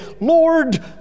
Lord